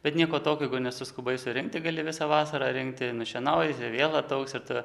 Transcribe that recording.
bet nieko tokio jeigu nesuskubai surinkti gali visą vasarą rinkti nušienauja jos ir vėl ataugs ir ta